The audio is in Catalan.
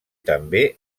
també